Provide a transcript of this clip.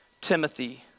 Timothy